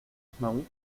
mcmahon